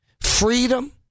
Freedom